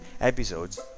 episodes